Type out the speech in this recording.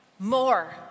More